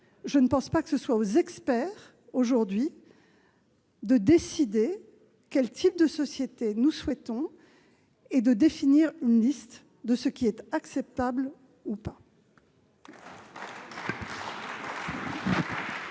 Je ne pense pas que ce soit aux experts aujourd'hui de décider quel type de société nous souhaitons et de définir une liste de ce qui est acceptable ou pas.